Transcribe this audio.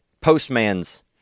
postman's